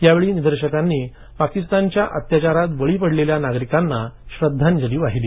यावेळी निदर्शकांनी पाकिस्तानच्या अत्याचारात बळी पडलेल्या नागरिकांना श्रद्धांजलीही वाहिली